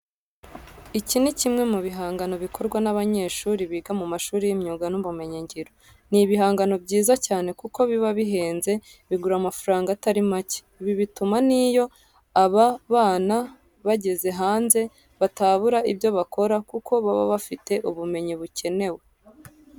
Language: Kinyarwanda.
Iki ni kimwe mu bihangano bikorwa n'abanyeshuri biga mu mashuri y'imyuga n'ubumenyingiro. Ni ibihangano byiza cyane kuko biba bihenze bigura amafaranga atari make. Ibi bituma n'iyo aba bana bageze hanze batabura ibyo bakora kuko baba bafite ubumenyi bukenewe.